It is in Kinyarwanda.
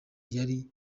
yari